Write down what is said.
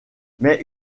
mais